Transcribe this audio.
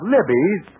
Libby's